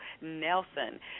Nelson